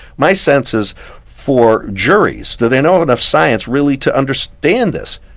my sense is for juries, do they know enough science really to understand this?